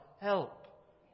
help